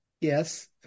Yes